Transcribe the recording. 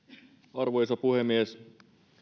arvoisa puhemies